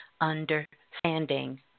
understanding